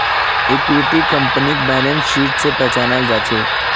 इक्विटीक कंपनीर balance sheet स पहचानाल जा छेक